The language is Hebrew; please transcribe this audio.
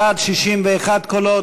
59 קולות.